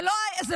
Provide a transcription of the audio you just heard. זה לא העניין.